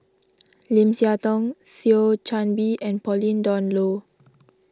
Lim Siah Tong Thio Chan Bee and Pauline Dawn Loh